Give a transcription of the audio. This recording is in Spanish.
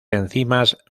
enzimas